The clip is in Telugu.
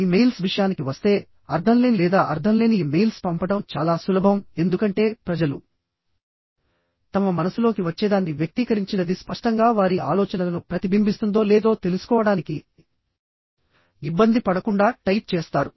ఇ మెయిల్స్ విషయానికి వస్తే అర్ధంలేని లేదా అర్ధంలేని ఇ మెయిల్స్ పంపడం చాలా సులభం ఎందుకంటే ప్రజలు తమ మనసులోకి వచ్చేదాన్ని వ్యక్తీకరించినది స్పష్టంగా వారి ఆలోచనలను ప్రతిబింబిస్తుందో లేదో తెలుసుకోవడానికి ఇబ్బంది పడకుండా టైప్ చేస్తారు